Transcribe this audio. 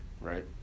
Right